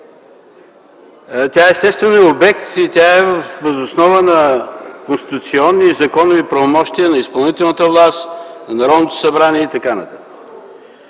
Тя естествено е обект, въз основа на конституционни и законови правомощия на изпълнителната власт на Народното събрание и така нататък.